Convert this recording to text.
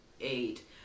Eight